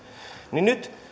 niin nyt